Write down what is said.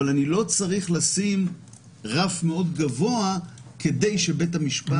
אבל אני לא צריך לשים לו רף מאוד גבוה כדי שהוא יוכל לשקול זאת.